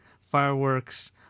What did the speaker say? fireworks